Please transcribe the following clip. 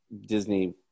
disney